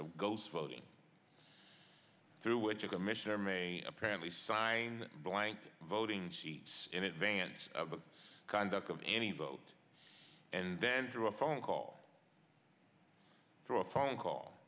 of goals voting through which a commissioner may apparently sign blank voting sheets in advance of the conduct of any boat and then through a phone call through a phone call